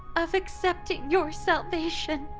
of accepting your salvation?